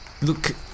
Look